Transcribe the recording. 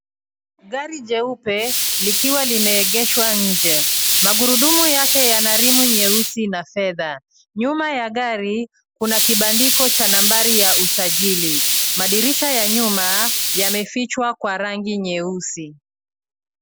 Gari jeupe likiwa limeegeshwa nje. Magurudumu yake yana rimu nyeusi na fedha. Nyuma ya gari, kuna kibandiko cha nambari ya usajili. Madirisha ya nyuma yamefichwa kwa rangi nyeusi.